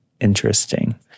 interesting